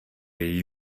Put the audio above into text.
její